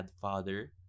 father